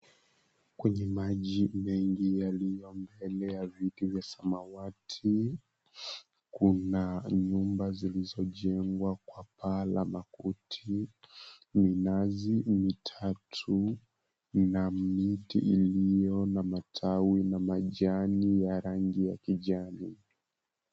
Kwenye maji mengi yaliyo mbele ya viti vya samawati, kuna nyumba zilizojengwa kwa paa la makuti, minazi mitatu na miti iliyo na matawi na majani yaliyo na rangi ya kijani.